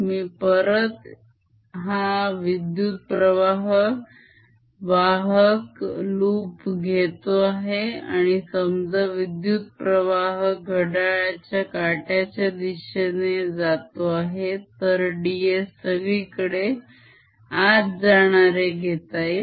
मी परत हा विद्युत्प्रवाह वाहक loop घेतो आहे आणि समजा विद्युत्प्रवाह घड्याळाच्या काट्याच्या दिशेने जातो आहे तर ds सगळीकडे आत जाणारे घेता येईल